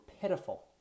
pitiful